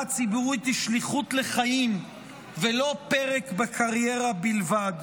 הציבורית היא שליחות לחיים ולא פרק בקריירה בלבד.